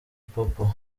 popo